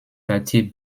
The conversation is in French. quartier